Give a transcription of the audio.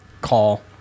call